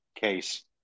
case